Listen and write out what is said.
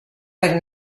era